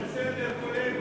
זה בסדר.